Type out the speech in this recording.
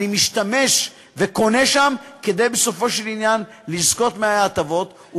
אני משתמש וקונה שם כדי לזכות בהטבות בסופו של עניין.